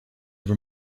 have